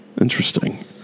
Interesting